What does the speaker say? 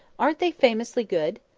aren't they famously good?